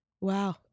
Wow